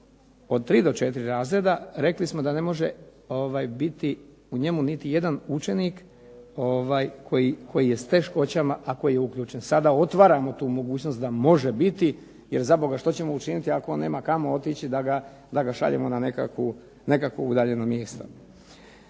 od tri do četiri razreda rekli smo da ne može biti u njemu niti jedan učenik koji je s teškoćama, a koji je uključen. Sada otvaramo tu mogućnost da može biti, jer za Boga što ćemo učiniti ako on nema kamo otići da ga šaljemo na nekakvo udaljeno mjesto.